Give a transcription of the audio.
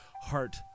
heart